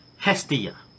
Hestia